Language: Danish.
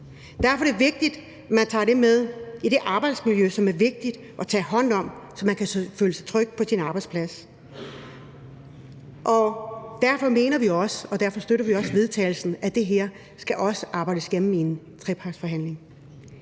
Derfor er det vigtigt, at man tager det med i det arbejdsmiljø, som er vigtigt at tage hånd om, så man kan føle sig tryg på sin arbejdsplads. Derfor mener vi også – og derfor støtter vi også vedtagelsen – at det her skal arbejdes igennem i en trepartsforhandling.